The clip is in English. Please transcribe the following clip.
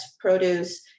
produce